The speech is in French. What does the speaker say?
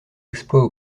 exploits